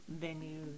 venues